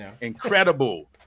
incredible